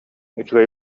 үчүгэй